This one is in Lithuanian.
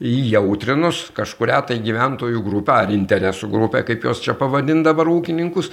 įjautrinus kažkurią tai gyventojų grupę ar interesų grupę kaip juos čia pavadint dabar ūkininkus